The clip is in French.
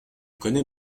connais